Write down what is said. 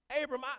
Abram